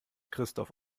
christoph